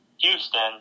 Houston